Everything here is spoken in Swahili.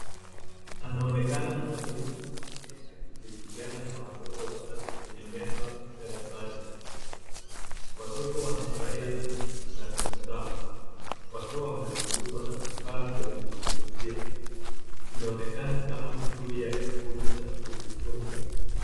Anaonekana mwalimu mwanamke akishirikiana na watoto watatu kwenye meza darasani. Watoto wanafurahia na wanatabasamu wakiwa wamezungukwa na vifaa vya kujifunzia. Inaonekana kama shughuli ya kikundi cha kujifunza.